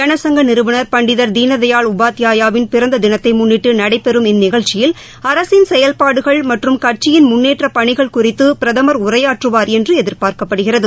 ஜனசங்க நிறுவனா் பண்டிதா் தீனதயாள் உபாத்பாயா வின் பிறந்த தினத்தை முன்னிட்டு நடைபெறும் இந்நிகழ்ச்சியில் அரசின் செயல்பாடுகள் மற்றும் கட்சியின் முன்னேற்றப் பணிகள் குறித்து பிரதமர் உரையாற்றுவார் என்று எதிர்பார்க்கப்படுகிறது